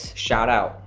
shout-out.